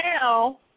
now